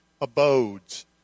abodes